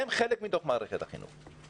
הם חלק מתוך מערכת החינוך.